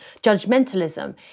judgmentalism